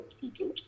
people